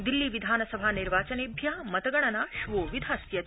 दिल्ली विधानसभा निर्वाचनेभ्य मतगणतना श्वो विधास्यते